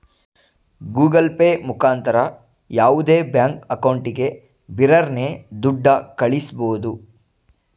Google pay ಮುಖಾಂತರ ಯಾವುದೇ bank ಅಕೌಂಟಿಗೆ ಬಿರರ್ನೆ ದುಡ್ಡ ಕಳ್ಳಿಸ್ಬೋದು